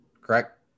correct